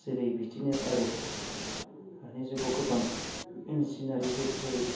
जेरै बिदिनो आरो दानि जुगाव गोबां इनजिनारि जुग जेरै